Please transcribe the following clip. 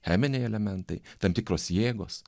cheminiai elementai tam tikros jėgos